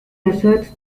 asserts